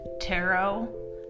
tarot